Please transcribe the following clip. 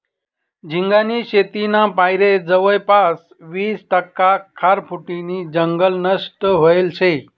झिंगानी शेतीना पायरे जवयपास वीस टक्का खारफुटीनं जंगल नष्ट व्हयेल शे